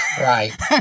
Right